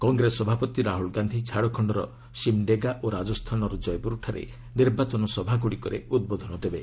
କଂଗ୍ରେସ ସଭାପତି ରାହୁଲ ଗାନ୍ଧୀ ଝାଡ଼ଖଣ୍ଡର ସିମଡେଗା ଓ ରାଜସ୍ତାନର କୟପୁରଠାରେ ନିର୍ବାଚନ ସଭାଗୁଡ଼ିକରେ ଉଦ୍ବୋଧନ ଦେବେ